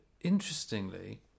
interestingly